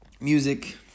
music